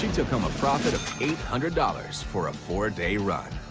took home a profit of eight hundred dollars for a four-day run.